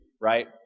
right